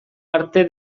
arte